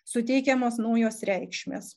suteikiamos naujos reikšmės